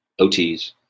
OTs